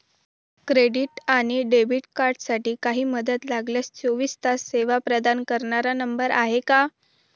Credit आणि debit कार्डसाठी काही मदत लागल्यास चोवीस तास सेवा प्रदान करणारा नंबर आहे का?